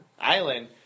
island